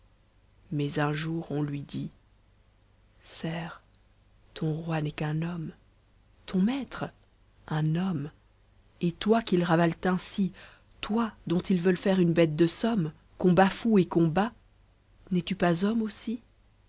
mais un jour on lui dit serf ton roi n'est qu'un homme ton maître un homme et toi qu'ils ravalent ainsi toi dont ils veulent faire une bête de somme qu'onbafoue et qu'on bat n'es-tu pas homme aussi